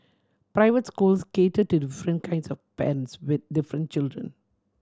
private schools cater to different kinds of parents with different children